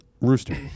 rooster